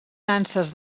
nanses